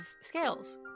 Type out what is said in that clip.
scales